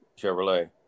Chevrolet